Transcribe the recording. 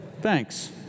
Thanks